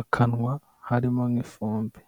akanwa harimo nk'ifumbi.